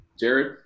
Jared